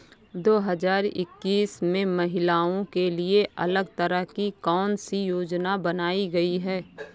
दो हजार इक्कीस में महिलाओं के लिए अलग तरह की कौन सी योजना बनाई गई है?